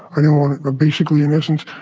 i didn't want to go basically in essence,